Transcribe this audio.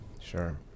sure